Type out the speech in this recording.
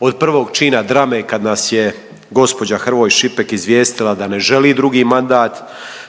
od prvog čina drame kad nas je gospođa Hrvoj-Šipek izvijestila da ne želi drugi mandat